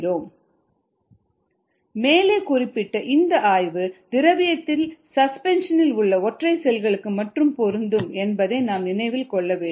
303kd மேலே குறிப்பிடப்பட்ட இந்த ஆய்வு திரவியத்தில் சஸ்பென்ஷனில் உள்ள ஒற்றை செல்களுக்கு மட்டுமே பொருந்தும் என்பதை நாம் நினைவில் கொள்ள வேண்டும்